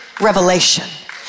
revelation